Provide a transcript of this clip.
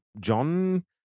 John